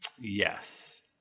Yes